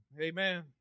Amen